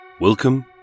Welcome